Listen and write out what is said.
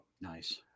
nice